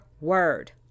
word